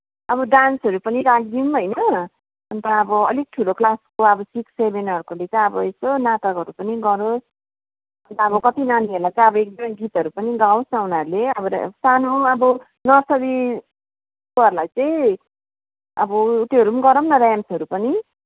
अब डान्सहरू पनि राख्दिदिउँ होइन अन्त अब अलिक ठुलो क्लासको सिक्स सेभेनहरूले चाहिँ अब यसो नाटकहरू पनि गरोस् अन्त अब कति नानीहरूलाई चाहिँ अब एक दुईवटा गीतहरू पनि गाओस् न उनीहरूले अब सानो अब नर्सरीकोहरूलाई चाहिँ अब ऊ त्योहरू पनि गरौँ न राइम्सहरू पनि